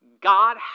God